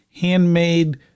handmade